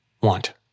want